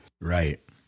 right